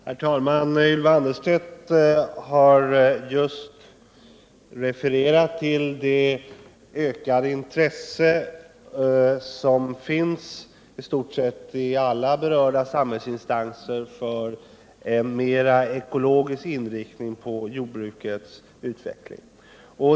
Herr talman! Ylva Annerstedt har just refererat till det ökade intresse som finns i stort sett i alla berörda samhällsinstanser för en mer ekologisk inriktning av jordbrukets utveckling.